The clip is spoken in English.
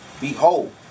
Behold